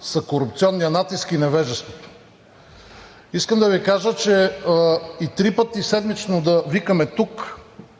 са корупционният натиск и невежеството. Искам да Ви кажа, че и три пъти седмично да викаме тук